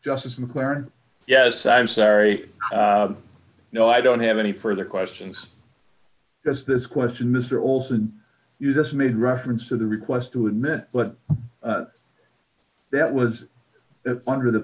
justice mclaren yes i'm sorry no i don't have any further questions because this question mr olson you just made reference to the request to admit but that was under the